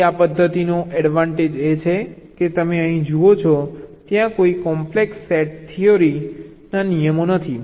તેથી આ પદ્ધતિનો એડવાન્ટેજ એ છે કે તમે અહીં જુઓ છો ત્યાં કોઈ કોમ્પ્લેક્સ સેટ થિયોરેટિક નિયમો નથી